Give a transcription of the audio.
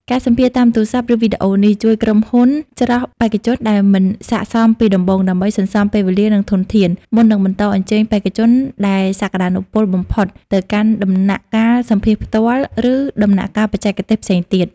ការសម្ភាសន៍តាមទូរស័ព្ទឬវីដេអូនេះ ជួយក្រុមហ៊ុនច្រោះបេក្ខជនដែលមិនស័ក្តិសមពីដំបូង ដើម្បីសន្សំពេលវេលា និងធនធាន មុននឹងបន្តអញ្ជើញបេក្ខជនដែលសក្តានុពលបំផុតទៅកាន់ដំណាក់កាលសម្ភាសន៍ផ្ទាល់ ឬដំណាក់កាលបច្ចេកទេសផ្សេងទៀត។